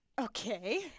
Okay